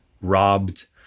robbed